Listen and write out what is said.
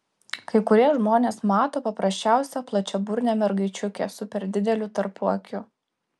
kai kurie žmonės mato paprasčiausią plačiaburnę mergaičiukę su per dideliu tarpuakiu